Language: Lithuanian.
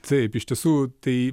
taip iš tiesų tai